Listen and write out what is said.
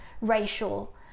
racial